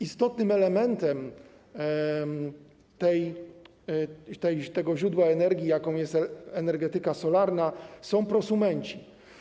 Istotnym elementem tego źródła energii, jaką jest energetyka solarna, są prosumenci.